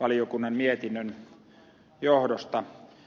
valiokunnan mietinnön johdosta